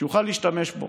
שיוכל להשתמש בו.